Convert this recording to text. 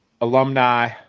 alumni